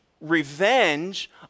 revenge